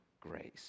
grace